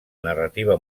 narrativa